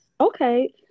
Okay